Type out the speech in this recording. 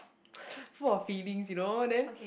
full of feelings you know then